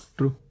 True